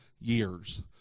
years